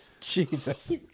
jesus